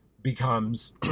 becomes